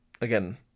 again